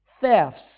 thefts